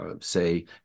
say